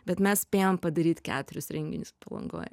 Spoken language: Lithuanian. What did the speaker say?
bet mes spėjom padaryt keturis renginius palangoj